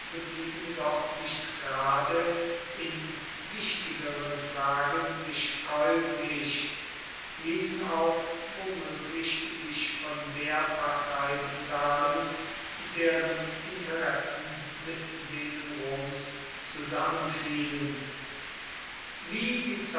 bewiesen doch nicht gerade in wichtigeren fragen sich käuflich ließen auch womöglich sich von der partei bezahlen deren interessen mit denen roms zusammenfielen wie